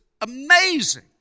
amazing